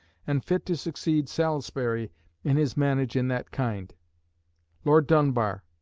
and fit to succeed salisbury in his manage in that kind lord dunbar,